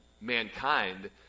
mankind